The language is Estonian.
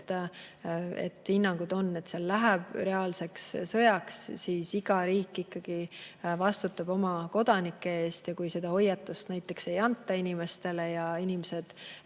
hinnangud on –, et seal läheb reaalseks sõjaks. Iga riik ikkagi vastutab oma kodanike eest ja kui seda hoiatust ei anta inimestele ja inimesed